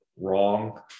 wrong